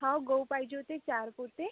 हो गहू पाहिजे होते चार पोते